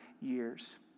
years